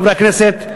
חברי הכנסת,